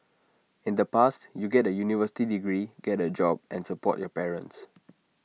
in the past you get A university degree get A job and support your parents